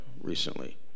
recently